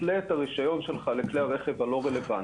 תתלה את הרשיון שלך לכלי הרכב הלא רלוונטיים.